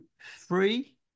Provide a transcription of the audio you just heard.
three